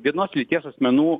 vienos lyties asmenų